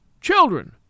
Children